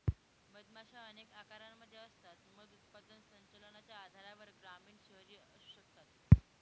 मधमाशा अनेक आकारांमध्ये असतात, मध उत्पादन संचलनाच्या आधारावर ग्रामीण, शहरी असू शकतात